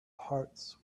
hearts